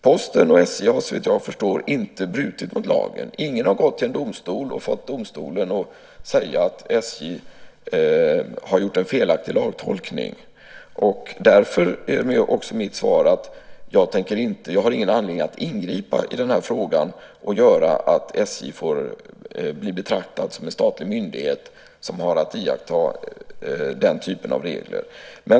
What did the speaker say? Posten och SJ har, såvitt jag förstår, inte brutit mot lagen. Ingen har gått till domstol och fått domstolen att säga att SJ har gjort en felaktig lagtolkning. Därför är mitt svar att jag inte har någon anledning att ingripa i den här frågan så att SJ blir betraktat som en statlig myndighet som har att iaktta den typen av regler.